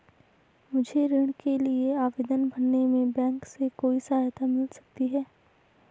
मुझे ऋण के लिए आवेदन भरने में बैंक से कोई सहायता मिल सकती है?